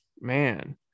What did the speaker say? man